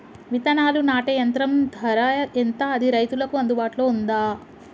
విత్తనాలు నాటే యంత్రం ధర ఎంత అది రైతులకు అందుబాటులో ఉందా?